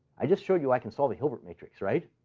i just showed you i can solve a hilbert matrix, right?